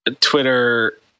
Twitter